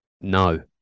no